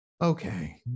Okay